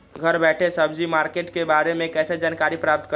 घर बैठे सब्जी मार्केट के बारे में कैसे जानकारी प्राप्त करें?